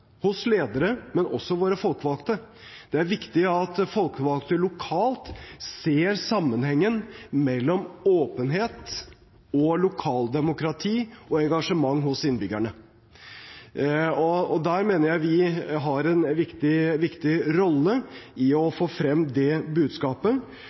hos ledere, men også hos våre folkevalgte. Det er viktig at folkevalgte lokalt ser sammenhengen mellom åpenhet, lokaldemokrati og engasjement hos innbyggerne. Der mener jeg vi har en viktig rolle, i